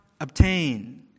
obtain